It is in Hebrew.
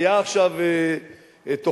היתה עכשיו תוכנית,